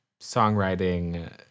songwriting